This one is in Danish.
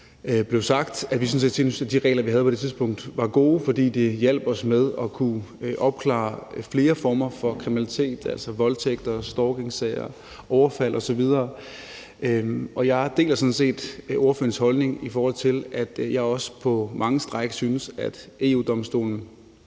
set syntes, at de regler, vi havde på det tidspunkt, var gode, fordi de hjalp os med at kunne opklare flere former for kriminalitet, altså voldtægter, stalkingsager, overfald osv. Jeg deler sådan set ordførerens holdning, i forhold til at jeg også på mange stræk synes, at EU-Domstolen